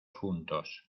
juntos